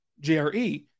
JRE